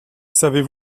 savez